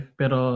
pero